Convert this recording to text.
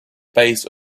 base